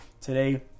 today